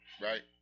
Right